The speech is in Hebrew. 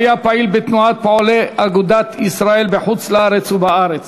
והיה פעיל בתנועת פועלי אגודת ישראל בחוץ-לארץ ובארץ.